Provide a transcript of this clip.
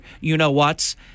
you-know-whats